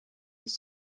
this